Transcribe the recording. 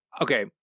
Okay